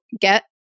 get